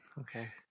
Okay